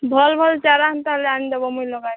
ଭଲ୍ ଭଲ୍ ଚାରା ହେନ୍ତା ହେଲେ ଆଣିଦେବ ମୁଇଁ ଲଗାମି